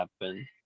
happen